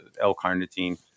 l-carnitine